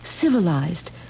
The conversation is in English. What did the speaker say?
Civilized